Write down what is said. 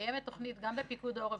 קיימת תוכנית גם בפיקוד העורף,